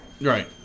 Right